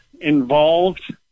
involved